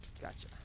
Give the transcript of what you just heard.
Gotcha